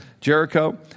Jericho